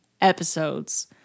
episodes